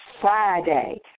Friday